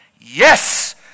Yes